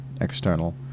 external